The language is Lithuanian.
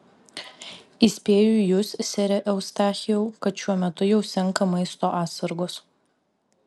įspėju jus sere eustachijau kad šiuo metu jau senka maisto atsargos